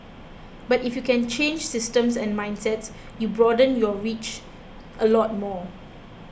but if you can change systems and mindsets you broaden your reach a lot more